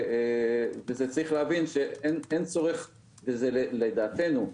צריך להבין שאין צורך בזה לדעתנו,